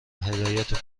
هدایت